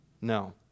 No